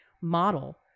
model